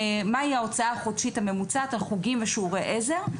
מהי ההוצאה החודשית הממוצעת על חוגים ושיעורי עזר.